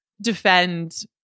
defend